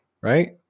right